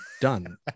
done